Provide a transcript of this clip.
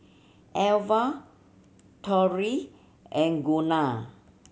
Alva Torrey and Gunnar